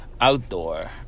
Outdoor